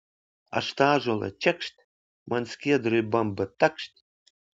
aš tą ąžuolą čekšt man skiedra į bambą takšt